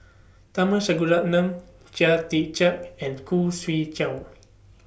Tharman Shanmugaratnam Chia Tee Chiak and Khoo Swee Chiow